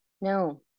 No